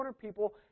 people